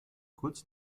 kurz